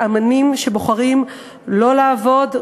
המונים שבוחרים לא לעבוד,